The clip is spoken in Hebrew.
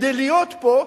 כדי להיות פה,